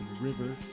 river